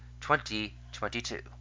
2022